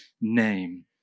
name